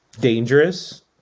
dangerous